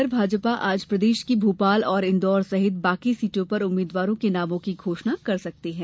उधर भाजपा आज प्रदेश की भोपाल और इन्दौर सहित बाकी सीटो पर उम्मीदवारों के नामों की घोषणा कर सकती है